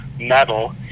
metal